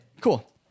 cool